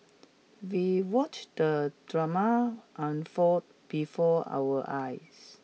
we watched the drama unfold before our eyes